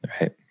Right